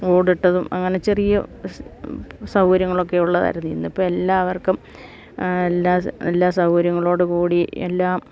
ഓടിട്ടതും അങ്ങനെ ചെറിയ സൗര്യങ്ങളൊക്കെ ഉള്ളതായിരുന്നു ഇന്നിപ്പം എല്ലാവർക്കും എല്ലാ എല്ലാ സൗകര്യങ്ങളോട് കൂടി എല്ലാം